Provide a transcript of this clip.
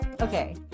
Okay